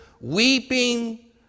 weeping